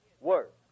work